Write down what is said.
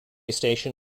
station